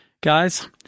guys